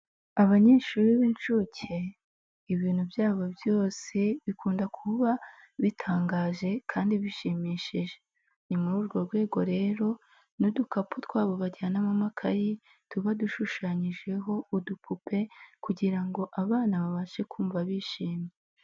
Abanyeshuri b'inshuke, ibintu byabo byose bikunda kuba bitangaje kandi bishimishije. Ni muri urwo rwego rero n'udukapu twabo bajyanamo amakayi, tuba dushushanyijeho udupupe kugira ngo abana babashe kumva bishimye.